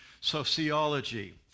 sociology